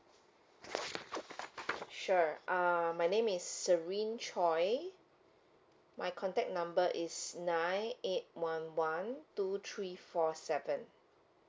sure uh my name is serine choi my contact number is nine eight one one two three four seven